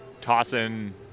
tossing